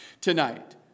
tonight